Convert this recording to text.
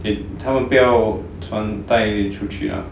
他们不要穿戴出去啊